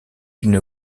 une